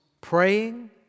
praying